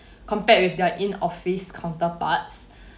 compared with their in office counterparts